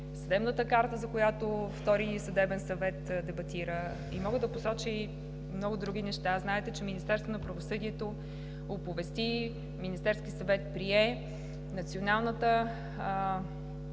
съдебната карта, за която втори съдебен съвет дебатира, мога да посоча и много други неща. Знаете, че Министерството на правосъдието оповести, Министерският съвет прие Националната